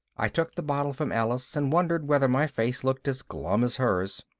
i took the bottle from alice and wondered whether my face looked as glum as hers.